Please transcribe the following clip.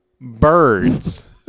birds